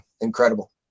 Incredible